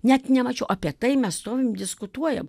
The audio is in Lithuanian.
net nemačiau apie tai mes stovim diskutuojam